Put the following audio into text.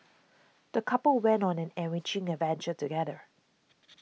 the couple went on an enriching adventure together